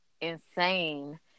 insane